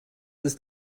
ist